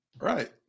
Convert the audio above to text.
Right